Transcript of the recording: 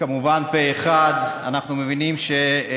דרך אגב, למה, אפשר ההפך?